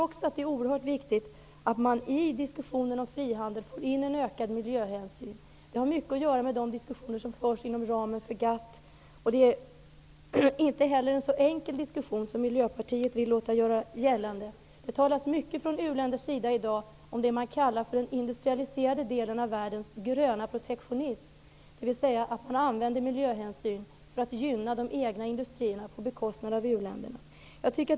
Det är oerhört viktigt att man i diskussionen om frihandel får in en ökad miljöhänsyn. Det har mycket att göra med de diskussioner som förs inom ramen för GATT. Diskussionen är inte heller så enkel som Miljöpartiet vill låta göra gällande. Från u-länders sida talas det mycket i dag om det som kallas den industrialiserade delen av världens gröna protektionism, dvs. att man använder miljöhänsyn för att gynna de egna industrierna på bekostnad av u-länderna.